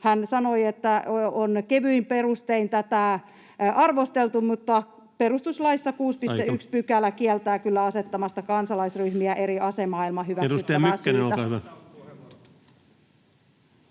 Hän sanoi, että on kevyin perustein tätä arvosteltu, mutta perustuslain 6.1 § [Puhemies: Aika!] kieltää kyllä asettamasta kansalaisryhmiä eri asemaan ilman hyväksyttävää syytä.